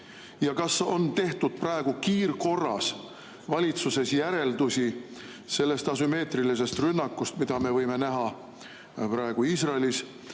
Ja kas on tehtud praegu kiirkorras valitsuses järeldusi sellest asümmeetrilisest rünnakust, mida me võime näha praegu Iisraelis